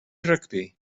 rygbi